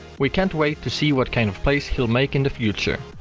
we can't wait to see what kind of plays he'll make in the future.